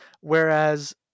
whereas